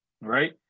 right